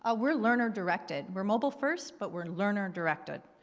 ah we're learner-directed. we're mobile first but we're learner-directed.